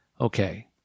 Okay